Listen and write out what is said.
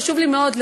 חשוב לי מאוד,